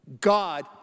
God